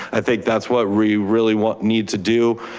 i think that's what we, really want need to do.